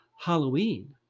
Halloween